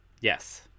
Yes